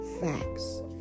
facts